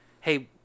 hey